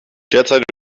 derzeit